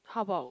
how about